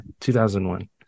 2001